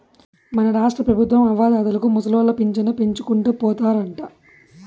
మన రాష్ట్రపెబుత్వం అవ్వాతాతలకు ముసలోళ్ల పింఛను పెంచుకుంటూ పోతారంట